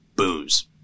Booze